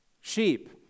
sheep